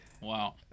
Wow